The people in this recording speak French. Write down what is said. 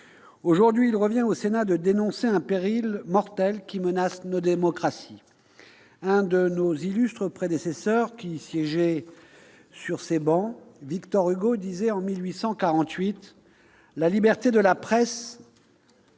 Aujourd'hui, il revient au Sénat de dénoncer un péril mortel qui menace nos démocraties. L'un de nos plus illustres prédécesseurs sur ces travées, Victor Hugo, déclarait en 1848 :« La liberté de la presse